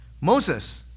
Moses